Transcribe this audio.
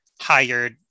hired